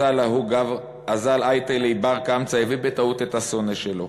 אזל אייתי ליה בר-קמצא, הביא בטעות את השונא שלו,